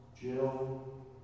Jill